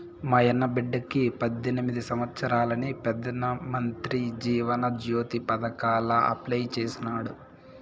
మాయన్న బిడ్డకి పద్దెనిమిది సంవత్సారాలని పెదానమంత్రి జీవన జ్యోతి పదకాంల అప్లై చేసినాడు